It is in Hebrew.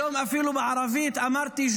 היום אפילו בערבית אמרתי: